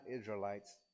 Israelites